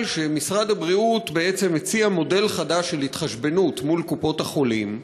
שמכיוון שמשרד הבריאות מציע מודל חדש של התחשבנות מול קופות-החולים,